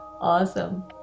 Awesome